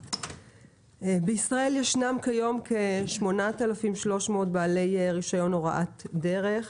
בישראל ישנם כיום כ-8,300 בעלי רישיון הוראת דרך.